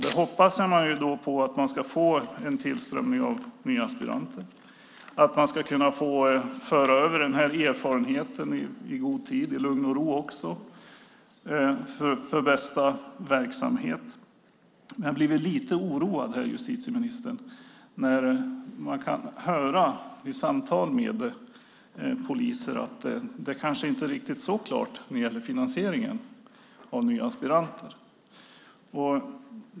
Där hoppas man på att man ska få en tillströmning av nya aspiranter och att man ska kunna föra över den här erfarenheten i god tid och i lugn och ro för bästa verksamhet. Men jag blir lite oroad, justitieministern, när man i samtal med poliser kan höra att det kanske inte är riktigt så klart med finansieringen av nya aspiranter.